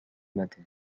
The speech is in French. matin